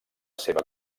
seva